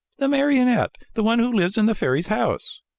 the marionette the one who lives in the fairy's house.